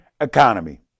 economy